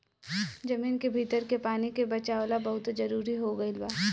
जमीन के भीतर के पानी के बचावल बहुते जरुरी हो गईल बा